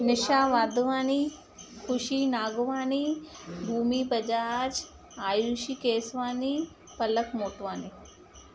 Nisha Wadhwani Khushi Nagwani Bhumi Bajaj Ayushi Keswani Palak Motwani